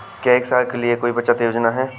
क्या एक साल के लिए कोई बचत योजना है?